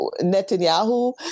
Netanyahu